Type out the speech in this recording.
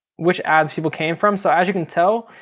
which ads people came from so as you can tell,